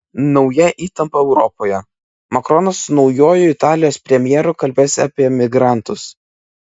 nauja įtampa europoje makronas su naujuoju italijos premjeru kalbės apie migrantus